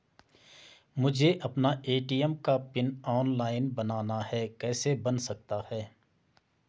मुझे अपना ए.टी.एम का पिन ऑनलाइन बनाना है कैसे बन सकता है?